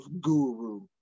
guru